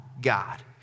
God